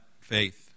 faith